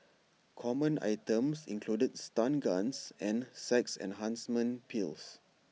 common items included stun guns and sex enhancement pills